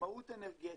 עצמאות אנרגטית,